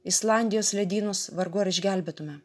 islandijos ledynus vargu ar išgelbėtume